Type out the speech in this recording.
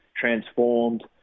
transformed